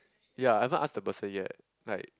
ya I haven't ask the person yet like